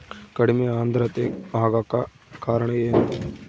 ಕಡಿಮೆ ಆಂದ್ರತೆ ಆಗಕ ಕಾರಣ ಏನು?